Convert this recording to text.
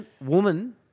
woman